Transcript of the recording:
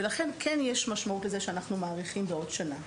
ולכן כן יש משמעות לזה שאנחנו מאריכים בעוד שנה.